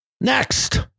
Next